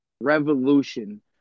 Revolution